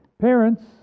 Parents